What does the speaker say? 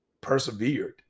persevered